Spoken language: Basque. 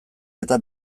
eta